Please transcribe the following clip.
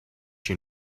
you